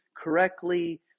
correctly